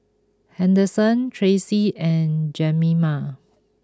Henderson Tracy and Jemima